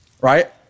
right